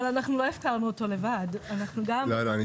אם היינו